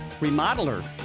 remodeler